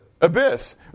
abyss